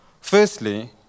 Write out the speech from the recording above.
Firstly